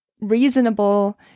Reasonable